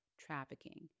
trafficking